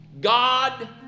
God